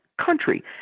country